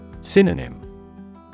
Synonym